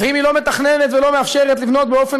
ואם היא לא מתכננת ולא מאפשרת לבנות באופן